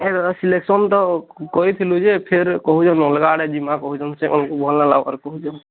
ଏଇ ଦାଦା ସିଲେକ୍ସନ୍ ତ କହିଥିଲୁ ଯେ ଫିର୍ କହୁଛନ୍ ଅଲଗା ଆଡ଼େ ଯିବା କହୁଛନ୍ ସେ ଆମ୍କୁ ଭଲ ଲାଗ୍ବା କହୁଛନ୍